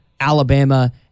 Alabama